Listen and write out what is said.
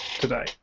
today